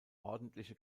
ordentliche